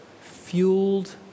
fueled